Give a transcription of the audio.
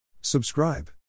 Subscribe